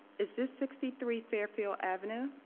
is this sixty three fairfield avenue?